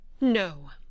No